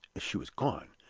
she was gone.